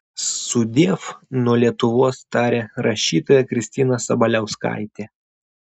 sudiev nuo lietuvos tarė rašytoja kristina sabaliauskaitė